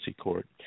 court